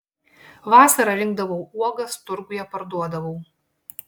vasarą rinkdavau uogas turguje parduodavau